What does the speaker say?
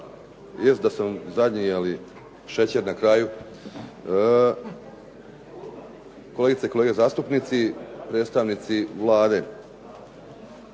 jest da sam zadnji, ali šećer na kraju, kolegice i kolege zastupnici, predstavnici Vlade